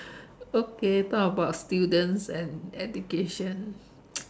okay talk about students and education